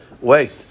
wait